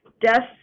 Deaths